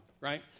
right